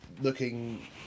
looking